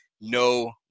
no